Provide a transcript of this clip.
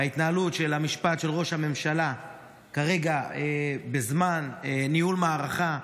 התנהלות המשפט של ראש הממשלה בזמן ניהול מערכה.